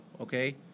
Okay